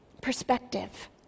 Perspective